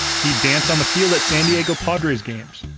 he danced on the field at san diego padres games,